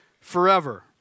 forever